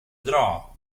dra